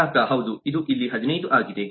ಗ್ರಾಹಕ ಹೌದು ಇದು ಇಲ್ಲಿ 15 ಆಗಿದೆ